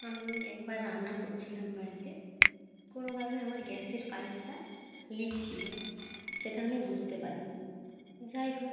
আমি একবার রান্না করছিলাম বাড়িতে কোনোভাবে আমার গ্যাসের পাইপটা লিক ছিলো সেটা আমি বুঝতে পারি নি যাই হোক